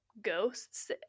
ghosts